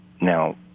Now